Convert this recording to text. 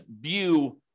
view